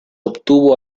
obtuvo